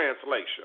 translation